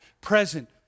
present